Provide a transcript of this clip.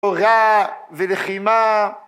תורה ולחימה.